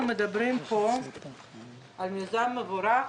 אנחנו מדברים פה על מיזם מבורך,